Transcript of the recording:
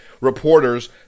reporters